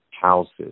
houses